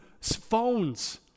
phones